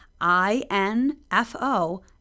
I-N-F-O